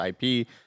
ip